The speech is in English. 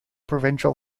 provincial